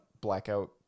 blackout